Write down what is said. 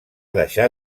deixar